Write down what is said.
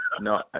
No